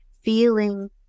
feeling